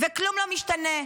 וכלום לא משתנה.